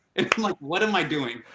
and like what am i doing?